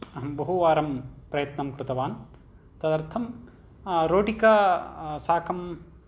बहुवारं प्रयत्नं कृतवान् तदर्थं रोटिकासाकं